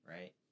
right